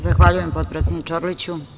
Zahvaljujem, potpredsedniče Orliću.